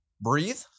breathe